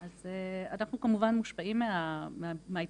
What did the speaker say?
אז אנחנו כמובן מושפעים מההתפתחויות.